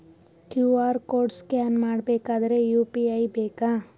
QR code scan ಮಾಡಬೇಕಾದರೆ UPI ಬೇಕಾ?